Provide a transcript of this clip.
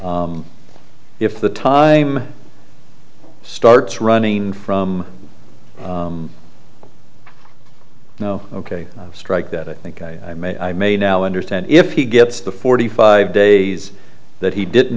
if the time starts running from no ok strike that i think i may i may now understand if he gets the forty five days that he didn't